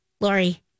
Lori